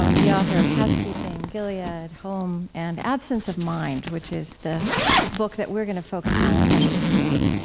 um the author of housekeeping, gilead, ah home, and absence of mind, which is the book that we're going to focus on especially tonight.